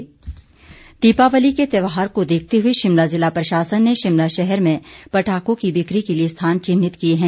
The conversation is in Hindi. पटाखे दीपावली के त्यौहार को देखते हए शिमला जिला प्रशासन ने शिमला शहर में पटाखों की बिक्री के लिए स्थान चिन्हित किए हैं